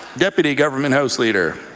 deputy government house leader.